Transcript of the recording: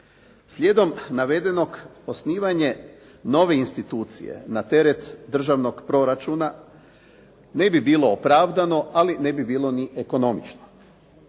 Slijedom navedenog osnivanje nove institucije na teret državnog proračuna ne bi bilo opravdano ali ne bi bilo ni ekonomično.